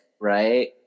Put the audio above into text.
right